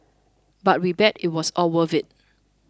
but we bet it was all worth it